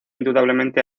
indudablemente